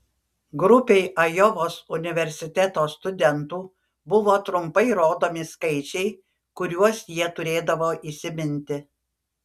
grupei ajovos universiteto studentų buvo trumpai rodomi skaičiai kuriuos jie turėdavo įsiminti